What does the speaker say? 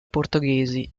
portoghesi